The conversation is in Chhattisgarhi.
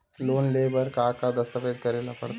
लोन ले बर का का दस्तावेज करेला पड़थे?